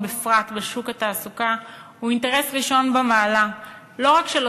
בפרט בשוק התעסוקה הוא אינטרס ראשון במעלה לא רק של